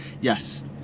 yes